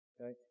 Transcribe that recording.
okay